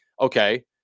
okay